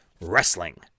wrestling